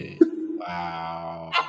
Wow